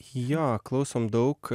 jo klausom daug